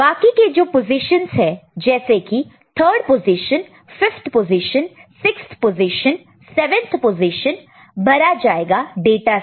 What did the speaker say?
बाकी के जो पोजीशनस है जैसे कि 3rd position 5th position 6th position 7th position भरा जाएगा डाटा से